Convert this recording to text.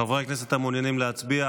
חברי הכנסת המעוניינים להצביע,